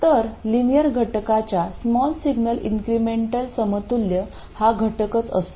तर लिनियर घटकाच्या small signal incremental समतुल्य हा घटकच असतो